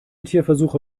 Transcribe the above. tierversuche